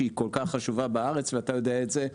שהיא כל כך חשובה בארץ ואתה יודע את זה,